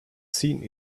seen